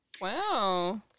Wow